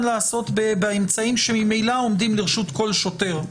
לעשות זאת באמצעים שממילא עומדים לרשות כל שוטר,